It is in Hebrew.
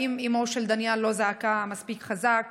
האם אימו של דניאל לא זעקה מספיק חזק